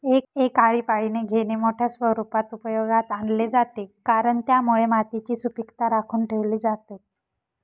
एक आळीपाळीने घेणे मोठ्या स्वरूपात उपयोगात आणले जाते, कारण त्यामुळे मातीची सुपीकता राखून ठेवली जाते